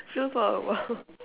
flew for awhile